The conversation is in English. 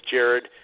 Jared